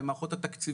אלה מערכות התקציבים,